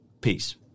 Peace